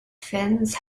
fins